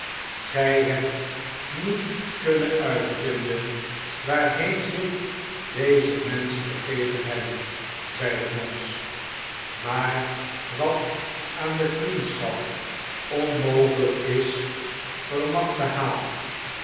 gij hebt niet kunnen uitvinden waarheen zich deze menschen begeven hebben zeide monks maar wat aan de vriendschap onmogelijk is vermag de haat